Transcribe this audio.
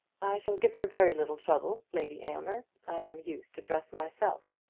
i shall give her very little trouble, lady aylmer. i am used to dress myself.